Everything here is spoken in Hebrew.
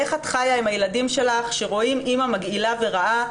איך את חיה עם הילדים שלך שרואים אימא מגעילה ורעה.